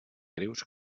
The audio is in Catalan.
greus